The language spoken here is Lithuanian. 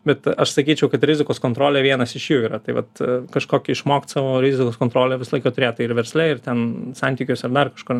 bet aš sakyčiau kad rizikos kontrolė vienas iš jų yra tai vat kažkokį išmokt savo rizikos kontrolę visą laiką turėt tai ir versle ir ten santykiuose ar dar kažkur